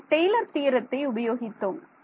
நாம் டெய்லர் தியரத்தை Taylors theorem உபயோகித்தோம்